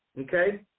okay